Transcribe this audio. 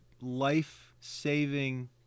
life-saving